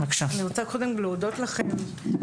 אני רוצה קודם להודות לוועדה,